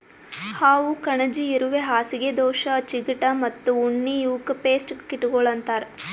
ಹಾವು, ಕಣಜಿ, ಇರುವೆ, ಹಾಸಿಗೆ ದೋಷ, ಚಿಗಟ ಮತ್ತ ಉಣ್ಣಿ ಇವುಕ್ ಪೇಸ್ಟ್ ಕೀಟಗೊಳ್ ಅಂತರ್